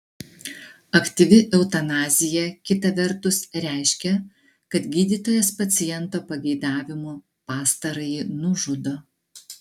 aktyvi eutanazija kita vertus reiškia kad gydytojas paciento pageidavimu pastarąjį nužudo